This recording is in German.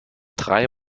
drei